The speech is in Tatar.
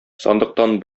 сандыктан